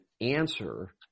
answer